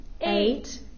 eight